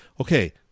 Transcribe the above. Okay